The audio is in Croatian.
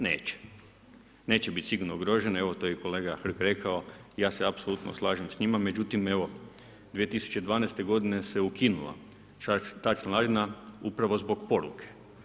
Neće, biti sigurno ugrožene, evo to je i kolega Hrg rekao i ja se apsolutno slažem s njima, međutim, evo, 2012. g. se ukinula ta članarina upravo zbog poruke.